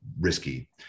risky